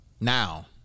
now